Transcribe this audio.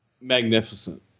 Magnificent